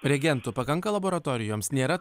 reagentų pakanka laboratorijoms nėra